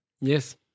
yes